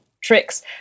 tricks